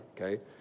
okay